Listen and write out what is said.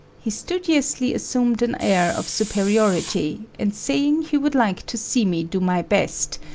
he studiously assumed an air of superiority, and saying he would like to see me do my best,